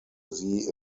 sie